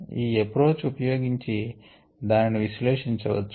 ఈ ఎప్రోచ్ ఉపయోగించి దానిని విశ్లేషించ వచ్చు